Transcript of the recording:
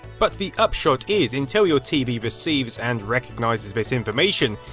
but the upshot is, until your tv receives and recognises this information,